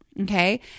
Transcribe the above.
Okay